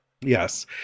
Yes